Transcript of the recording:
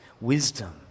wisdom